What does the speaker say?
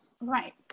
Right